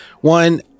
One